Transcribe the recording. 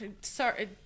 sorry